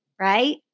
right